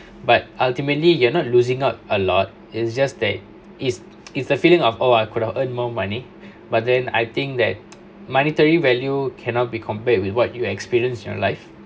but ultimately you're not losing out a lot it's just that it's it's the feeling of all I could earn more money but then I think that monetary value cannot be compared with what you experience in your life